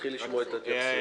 נתחיל לשמוע את ההתייחסויות.